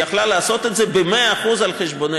היא יכלה לעשות את זה ב-100% על חשבוננו.